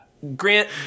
Grant